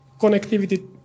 connectivity